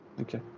okay